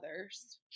others